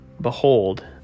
Behold